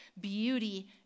beauty